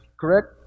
correct